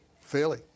Fairly